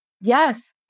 yes